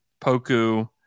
Poku